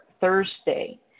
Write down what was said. Thursday